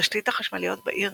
תשתית החשמליות בעיר